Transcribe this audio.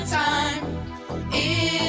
time